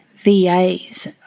VAs